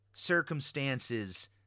circumstances